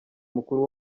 mukuru